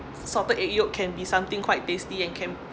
salted egg yolk can be something quite tasty and can